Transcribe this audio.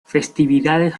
festividades